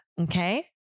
Okay